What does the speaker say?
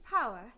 Power